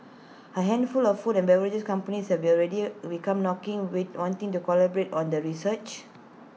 A handful of food and beverage companies have already become knocking wait wanting to collaborate on the research